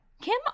Kim